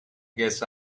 guess